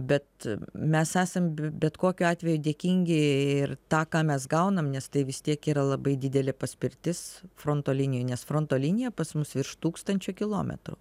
bet mes esam bet kokiu atveju dėkingi ir tą ką mes gaunam nes tai vis tiek yra labai didelė paspirtis fronto linijoj nes fronto linija pas mus virš tūkstančio kilometrų